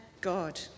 God